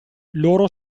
loro